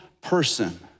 person